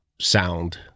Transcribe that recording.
sound